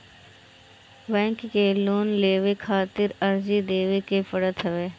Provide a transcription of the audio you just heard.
bank से loan लेवे खातिर अर्जी देवे के पड़त हवे